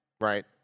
Right